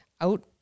out